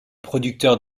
producteurs